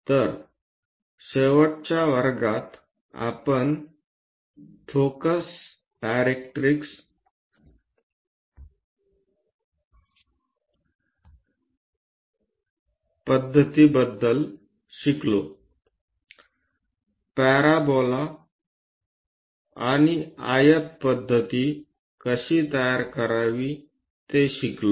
तर शेवटच्या वर्गात आपण फोकस डायरेक्ट्रिक्स पद्धतीबद्दल शिकलो पॅराबोला आणि आयत पद्धती कशी तयार करावी शिकलो